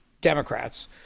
Democrats